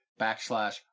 backslash